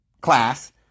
class